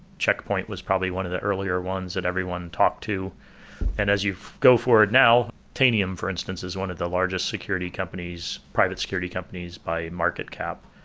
checkpoint was probably one of the earlier ones that everyone talked to and as you go forward now, tanium for instance is one of the largest security companies private security companies by market cap.